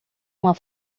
uma